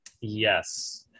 Yes